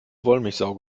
wollmilchsau